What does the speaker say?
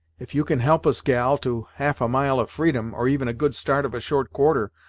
if you can help us, gal, to half a mile of freedom, or even a good start of a short quarter,